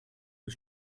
wir